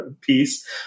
piece